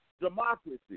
democracy